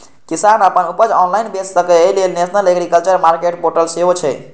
किसान अपन उपज ऑनलाइन बेच सकै, अय लेल नेशनल एग्रीकल्चर मार्केट पोर्टल सेहो छै